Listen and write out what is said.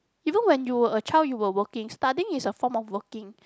even when you were a child you were working studying is a form of working